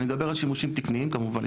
אני מדבר על שימושים תקניים כמובן.